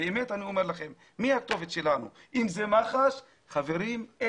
באמת אני אומר לכם, מי הכתובת שלנו?